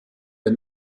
der